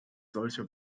solche